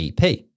EP